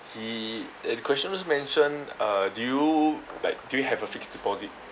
the the question also mentioned uh do you like do you have a fixed deposit